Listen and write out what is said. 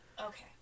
Okay